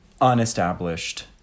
unestablished